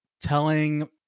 telling